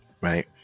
right